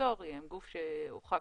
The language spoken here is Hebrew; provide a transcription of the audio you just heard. יניהם לאחר